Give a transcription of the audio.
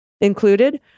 Included